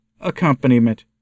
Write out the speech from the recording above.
accompaniment